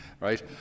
right